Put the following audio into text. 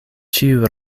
ĉiu